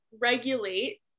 regulate